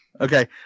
Okay